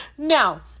Now